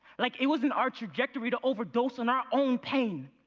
like it was in our trajectory to overdose in our own pain?